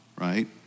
right